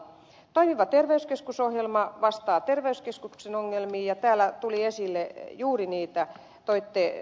toimiva terveyskeskus ohjelma vastaa terveyskeskuksen ongelmiin ja täällä toitte ed